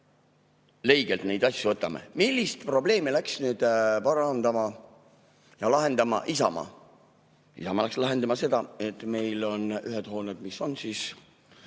nii leigelt neid asju võtame! Millist probleeme läks nüüd parandama ja lahendama Isamaa? Isamaa läks lahendama seda, et meil on ühed hooned, mis on